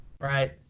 Right